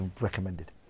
recommended